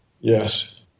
Yes